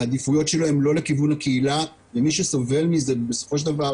העדיפויות שלו הן לא לכיוון הקהילה ומי שסובל מזה בסופו של דבר,